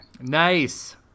Nice